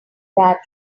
that